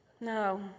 No